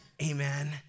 amen